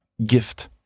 Gift